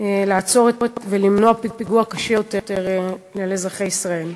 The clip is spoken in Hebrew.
לעצור ולמנוע פיגוע קשה יותר על אזרחי ישראל.